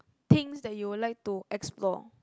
things that you would like to explore